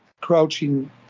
crouching